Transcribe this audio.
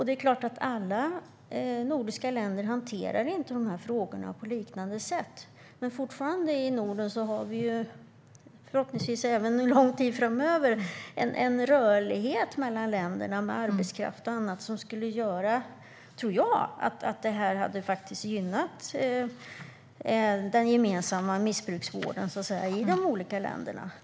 Det är klart att alla nordiska länder inte hanterar dessa frågor på liknande sätt. Men vi har fortfarande i Norden, och förhoppningsvis även en lång tid framöver, en rörlighet mellan länderna med arbetskraft och annat som jag tror skulle göra att detta faktiskt skulle ha gynnat den gemensamma missbruksvården i de olika länderna.